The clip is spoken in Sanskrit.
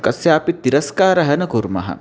कस्यापि तिरस्कारः न कुर्मः